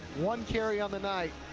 one carry on the night,